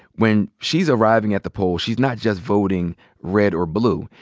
when she's arriving at the poll, she's not just voting red or blue.